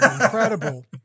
Incredible